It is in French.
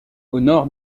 nord